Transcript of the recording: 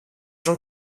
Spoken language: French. jean